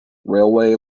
railway